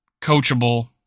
coachable